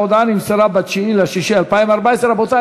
ההודעה נמסרה ב-9 ביוני 2014. רבותי,